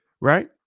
Right